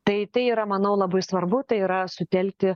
tai tai yra manau labai svarbu tai yra sutelkti